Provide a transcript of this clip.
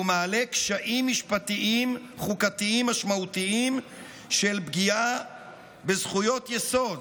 והוא מעלה קשיים משפטיים חוקתיים משמעותיים של פגיעה בזכויות יסוד,